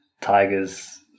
Tigers